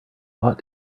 lot